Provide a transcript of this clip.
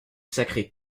sacré